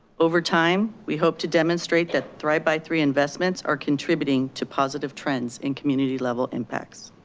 over time, we hope to demonstrate that thrive by three investments are contributing to positive trends in community level impacts.